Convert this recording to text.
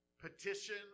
petition